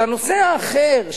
בנושא האחר,